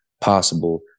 possible